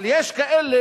אבל יש כאלה